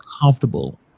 comfortable